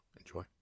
enjoy